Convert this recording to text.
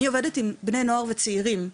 אני עובדת עם בני נוער וצעירים,